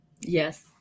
Yes